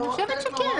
אני חושבת שכן.